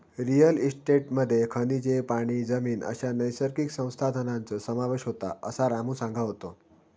real इस्टेटमध्ये खनिजे, पाणी, जमीन अश्या नैसर्गिक संसाधनांचो समावेश होता, असा रामू सांगा होतो